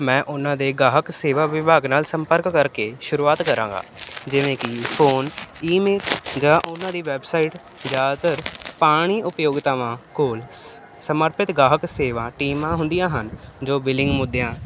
ਮੈਂ ਉਹਨਾਂ ਦੇ ਗਾਹਕ ਸੇਵਾ ਵਿਭਾਗ ਨਾਲ ਸੰਪਰਕ ਕਰਕੇ ਸ਼ੁਰੂਆਤ ਕਰਾਂਗਾ ਜਿਵੇਂ ਕੀ ਫੋਨ ਈਮੇਲ ਜਾਂ ਉਹਨਾਂ ਦੀ ਵੈਬਸਾਈਟ ਜ਼ਿਆਦਾਤਰ ਪਾਣੀ ਉਪਯੋਗਤਾਵਾਂ ਕੋਲ ਸ ਸਮਰਪਿਤ ਗਾਹਕ ਸੇਵਾ ਟੀਮਾਂ ਹੁੰਦੀਆਂ ਹਨ ਜੋ ਬਿਲਿੰਗ ਮੁੱਦਿਆਂ